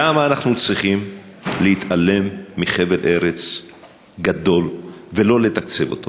למה אנחנו צריכים להתעלם מחבל ארץ גדול ולא לתקצב אותו